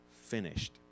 finished